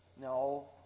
No